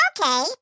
Okay